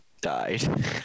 died